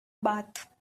bath